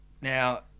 Now